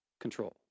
control